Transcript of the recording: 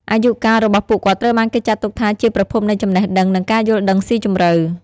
អាយុកាលរបស់ពួកគាត់ត្រូវបានគេចាត់ទុកថាជាប្រភពនៃចំណេះដឹង និងការយល់ដឹងស៊ីជម្រៅ។